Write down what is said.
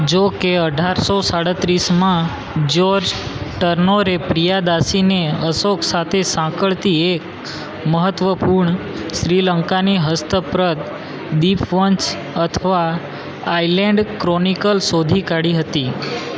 જો કે અઢારસો સાડત્રીસમાં જ્યોર્જ ટર્નોરે પ્રિયાદાસીને અસોક સાથે સાંકળતી એક મહત્વપૂર્ણ શ્રીલંકાની હસ્તપ્રત દીપવંશ અથવા આઈલેન્ડ ક્રોનિકલ શોધી કાઢી હતી